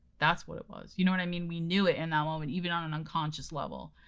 that's what it was. you know what i mean? we knew it in that moment, even on an unconscious level.